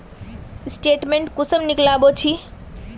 Statement कुंसम निकलाबो छी?